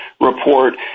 report